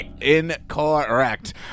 Incorrect